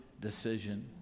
decision